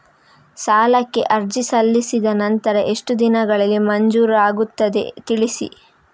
ಸಾಲಕ್ಕೆ ಅರ್ಜಿ ಸಲ್ಲಿಸಿದ ನಂತರ ಎಷ್ಟು ದಿನಗಳಲ್ಲಿ ಮಂಜೂರಾಗುತ್ತದೆ ತಿಳಿಸಿ?